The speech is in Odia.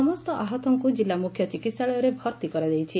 ସମସ୍ତ ଆହତଙ୍କୁ କିଲ୍ଲା ମୁଖ୍ୟ ଚିକିହାଳୟରେ ଭର୍ତ୍ତି କରାଯାଇଛି